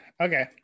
Okay